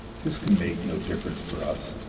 this can make no difference for us,